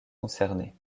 concernée